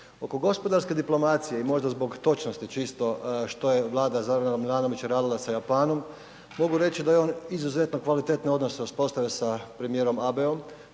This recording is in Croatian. Oko gospodarske diplomacije i možda zbog točnosti čisto što j Vlada Z. Milanovića radila sa Japanom, mogu reći da je on izuzetno kvalitetne odnose uspostavio sa premijerom Abeom